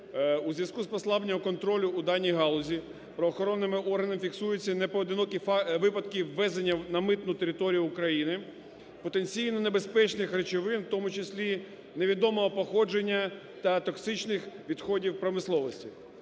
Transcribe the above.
У зв'язку з послабленням контролю у даній галузі правоохоронними органами фіксуються непоодинокі випадки ввезення на митну територію України потенційно небезпечних речовин, в тому числі, невідомого походження та токсичних відходів промисловості.